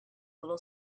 little